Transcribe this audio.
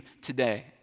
today